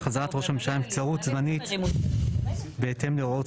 שיקבע 'חזרת ראש הממשלה מנבצרות זמנית בהתאם להוראות